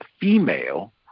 female